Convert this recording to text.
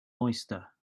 oyster